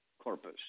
corpus